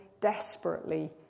desperately